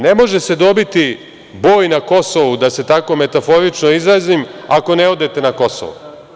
Ne može se dobiti Boj na Kosovu, da se tako metaforično izrazim, ako ne odete na Kosovo.